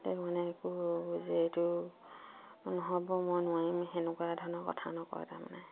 তাৰমানে একো যে এইটো নহ'ব মই নোৱাৰিম সেনেকুৱা ধৰণৰ কথা নকয় তাৰমানে